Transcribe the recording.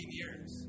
years